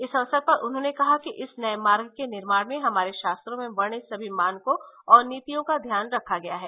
इस अवसर पर उन्होंने कहा कि इस नये मार्ग के निर्माण में हमारे शास्त्रों में वर्णित सभी मानकों और नीतियों का ध्यान रखा गया है